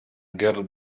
girl